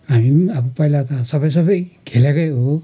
हामी पनि अब पहिला त सबै सबै खेलेकै हो